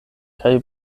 kaj